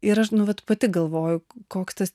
ir aš nu vat pati galvoju koks tas